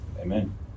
Amen